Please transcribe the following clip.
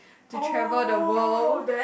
to travel the world